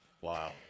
Wow